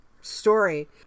story